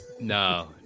no